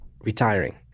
retiring